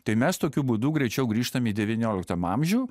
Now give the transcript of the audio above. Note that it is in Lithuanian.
tai mes tokiu būdu greičiau grįžtam į devynioliktam amžių